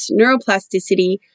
neuroplasticity